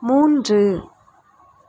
மூன்று